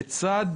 לצד